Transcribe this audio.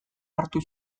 hartu